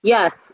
Yes